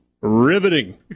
Riveting